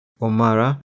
Omara